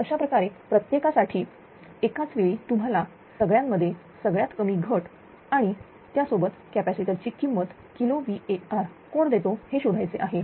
अशाप्रकारे प्रत्येकासाठी एकाच वेळी तुम्हाला सगळ्यांमध्ये सगळ्यात कमी घट आणि त्यासोबत कॅपॅसिटर ची किंमत किलो VAr कोण देतो हे शोधायचे आहे